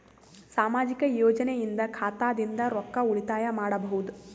ಸಾಮಾಜಿಕ ಯೋಜನೆಯಿಂದ ಖಾತಾದಿಂದ ರೊಕ್ಕ ಉಳಿತಾಯ ಮಾಡಬಹುದ?